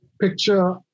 Picture